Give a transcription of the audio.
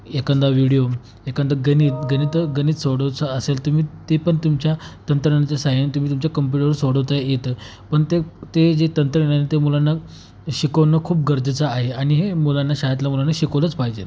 एखादा व्हिडिओ एखाद गणित गणित गणित सोडवायचं असेल तुम्ही ते पण तुमच्या तंत्रज्ञानाच्या सहाय्याने तुम्ही तुमच्या कंप्युटरवर सोडवता येतं पण ते ते जे तंत्रज्ञानाने ते मुलांना शिकवणं खूप गरजेचं आहे आणि हे मुलांना शाळेतल्या मुलांना शिकवलंच पाहिजे